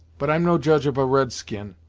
but i'm no judge of a red-skin,